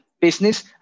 business